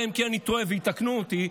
אלא אם כן אני טועה ויתקנו אותי,